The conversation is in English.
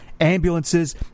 ambulances